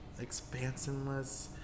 expansionless